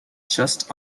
just